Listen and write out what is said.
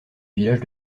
village